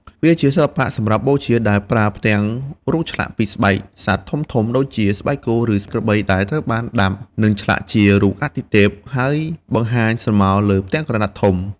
វាជាសិល្បៈសម្រាប់បូជា ដែលប្រើផ្ទាំងរូបឆ្លាក់ពីស្បែកសត្វធំៗ ដូចជាស្បែកគោ ឬក្របី ដែលត្រូវបានដាប់ និងឆ្លាក់ជារូបអាទិទេព ហើយបង្ហាញស្រមោលលើផ្ទាំងក្រណាត់ធំ។